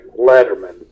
Letterman